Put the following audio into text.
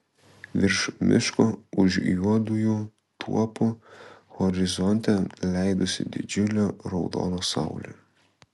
virš miško už juodųjų tuopų horizonte leidosi didžiulė raudona saulė